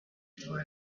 for